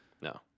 no